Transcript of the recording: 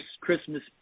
Christmas